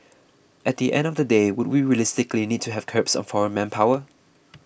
at the end of the day would we realistically need to have curbs on foreign manpower